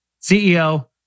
CEO